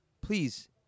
please